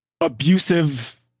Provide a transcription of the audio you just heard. abusive